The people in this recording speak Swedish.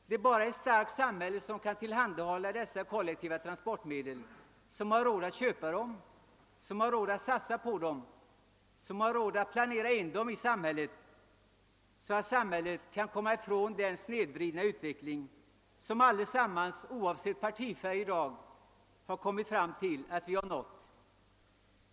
Det är bara ett starkt samhälle som kan tillhandahålla kollektiva transportmedel, som har råd att inköpa och satsa på sådana samt att planera in dem i samhället på ett sådant sätt att den snedvridna utveckling, som alla talare i dag oavsett partifärg ansett föreligga, kan rättas till.